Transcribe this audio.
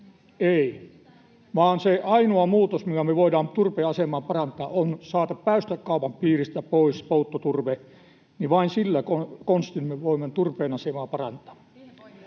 Ei, vaan se ainoa muutos, millä me voidaan turpeen asemaa parantaa, on saada päästökaupan piiristä pois polttoturve — vain sillä konstilla me voimme turpeen asemaa parantaa.